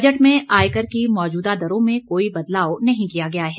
budget में आयकर की मौजूदा दरों में कोई बदलाव नहीं किया गया है